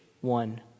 one